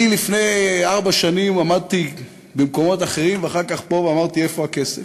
אני לפני ארבע שנים עמדתי במקומות אחרים ואחר כך פה ואמרתי: איפה הכסף?